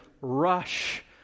rush